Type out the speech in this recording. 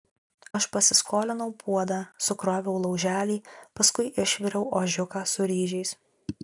aš pasiskolinau puodą sukroviau lauželį paskui išviriau ožiuką su ryžiais